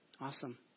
Awesome